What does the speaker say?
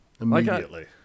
Immediately